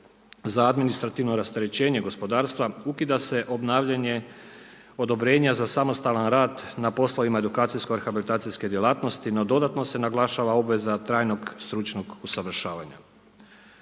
za administrativno rasterećenje gospodarstva ukida se obnavljanje odobrenja za samostalan rad na poslovima edukacijsko rehabilitacijske djelatnosti, no dodatno se naglašava obveza trajnog stručnog usavršavanja.